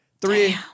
Three